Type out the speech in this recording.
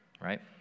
right